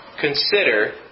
consider